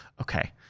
okay